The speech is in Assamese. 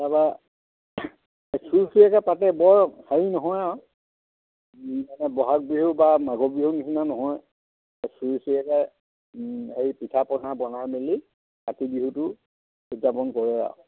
তাপা চুৰ চুৰীয়াকৈ পাতে বৰ হেৰি নহয় আৰু মানে বহাগ বিহু বা মাঘৰ বিহু নিচিনা নহয় চুৰ চুৰীয়াকৈ হেৰি পিঠা পনা বনাই মেলি কাতি বিহুটো উদযাপন কৰে আৰু